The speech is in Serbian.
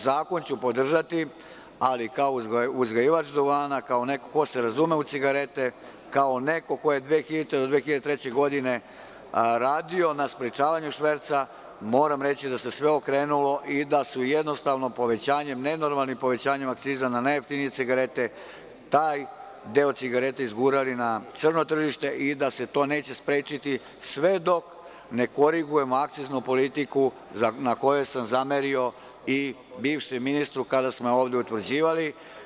Zakon ću podržati, ali kao uzgajivač duvana, kao neko ko se razume u cigarete, kao neko ko je od 2000. do 2003. godine radio na sprečavanju šverca, moram reći da se sve okrenulo i da su jednostavno povećanjem, nenormalnim povećanjem akciza na najjeftinije cigarete taj deo cigarete izgurali na crno tržište i da se to neće sprečiti sve dok ne korigujemo akciznu politiku na kojoj sam zamerio i bivšem ministru kada smo je ovde utvrđivali.